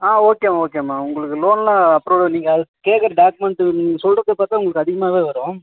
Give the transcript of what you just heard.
ஆ ஓகேம்மா ஓகேம்மா உங்களுக்கு லோன்லாம் அப்ரூவல் நீங்கள் கேட்கற டாக்குமெண்ட்டு சொல்றதை பார்த்தா உங்களுக்கு அதிகமாகவே வரும்